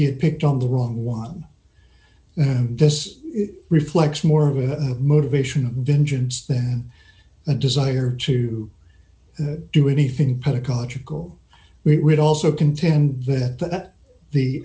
he had picked on the wrong one this reflects more of a motivation of vengeance than a desire to do anything pedagogical we would also contend that the